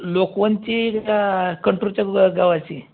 लोकवनची का कंट्रोलच्या ग गव्हाची